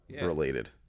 related